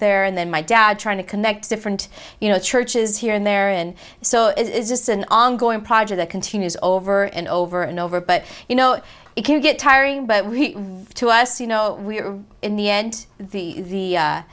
there and then my dad trying to connect different you know churches here and there and so it is just an ongoing project that continues over and over and over but you know it can get tiring but to us you know we're in the end the